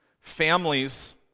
families